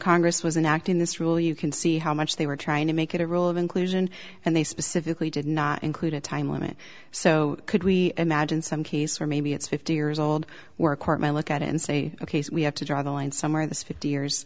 congress was an act in this rule you can see how much they were trying to make it a rule of inclusion and they specifically did not include a time limit so could we imagine some case where maybe it's fifty years old were a court may look at it and say ok we have to draw the line somewhere in this fifty years